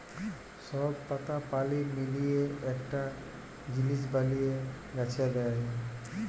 সব পাতা পালি মিলিয়ে একটা জিলিস বলিয়ে গাছে দেয়